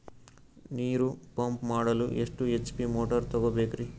ನೀರು ಪಂಪ್ ಮಾಡಲು ಎಷ್ಟು ಎಚ್.ಪಿ ಮೋಟಾರ್ ತಗೊಬೇಕ್ರಿ?